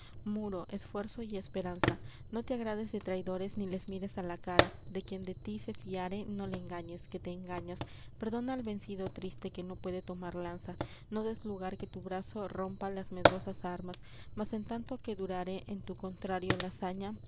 muro esfuerzo y esperanza no te agrades de traidores ni les mires á la cara de quien de ti se fiare no le engañes que te engañas perdona al vencido triste que no puede tomar lanza no dés lugar que tu brazo rompa las medrosas armas mas en tanto que durare en tu contrario la saña